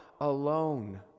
alone